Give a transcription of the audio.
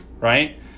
right